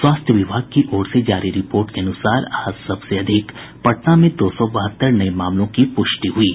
स्वास्थ्य विभाग की ओर से जारी रिपोर्ट के अनुसार आज सबसे अधिक पटना में दो सौ बहत्तर नये मामलों की प्रष्टि हुई है